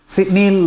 Sydney